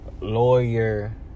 lawyer